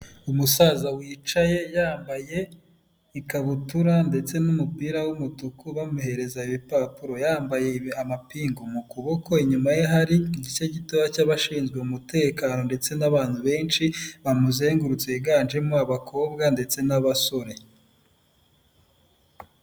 Umusaza wicaye, yambaye ikabutura ndetse n'umupira w'umutuku, bamuhereza ibipapuro. Yambaye amapingu mu kuboko, inyuma ye hari igice gitoya cy'abashinzwe umutekano, ndetse n'abantu benshi bamuzengurutse, higanjemo abakobwa ndetse n'abasore.